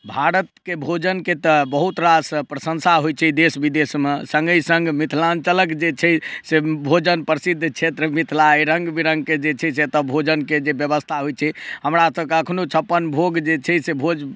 भारतके भोजनके तऽ बहुत रास प्रशंसा होइ छै देश विदेशमे सङ्गे सङ्गे मिथिलाञ्चलक जे छै से भोजन प्रसिद्ध क्षेत्र मिथिलाक रङ्ग बिरङ्गके जे छै से एतौ भोजनक जे व्यवस्था होइ छै हमरा तऽ कखनहुँ छप्पन भोग जे छै से भोज